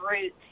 roots